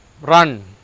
run